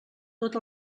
tot